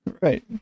right